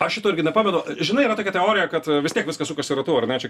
aš šito irgi nepamenu žinai yra tokia teorija kad vis tiek viskas sukasi ratu ar ne čia